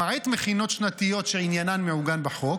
למעט מכינות שנתיות שעניינן מעוגן בחוק,